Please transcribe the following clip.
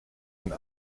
een